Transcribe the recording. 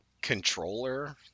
controller